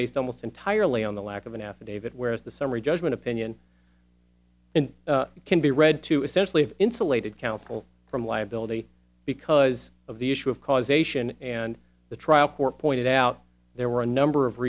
based almost entirely on the lack of an affidavit whereas the summary judgment opinion in can be read to essentially insulated counsel from liability because of the issue of causation and the trial for pointed out there were a number of